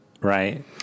right